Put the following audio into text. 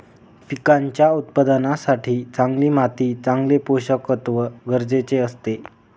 पिकांच्या उत्पादनासाठी चांगली माती चांगले पोषकतत्व गरजेचे असते